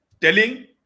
telling